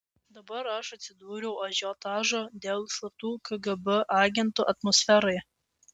dabar aš atsidūriau ažiotažo dėl slaptų kgb agentų atmosferoje